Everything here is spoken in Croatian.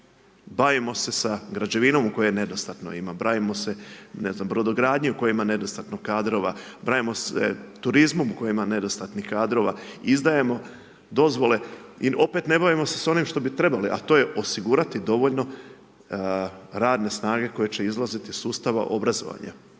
bavimo se sa građevinom u kojoj nedostatno ima, bavimo se ne znam brodogradnjom koja ima nedostatno kadrova, bavimo se turizmom u kojem ima nedostatnih kadrova, izdajemo dozvole i opet ne bavimo se s onim što bi trebalo a to je osigurati dovoljno radne snage koji će izlaziti iz sustava obrazovanja.